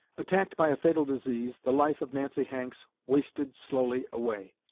attacked by a fatal disease, the life of nancy hanks wasted slowly away.